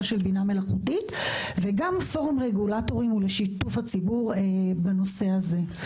של בינה מלאכותית וגם פורום רגולטורים ושיתוף הציבור בנושא הזה.